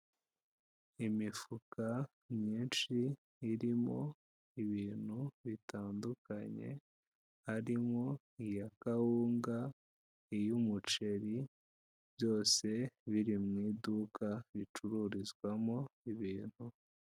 Imifuka myinshi irimo ibintu bitandukanye, harimo iya kawunga, iy'umuceri, byose biri mu iduka bicururizwamo ibintu.